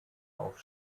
auf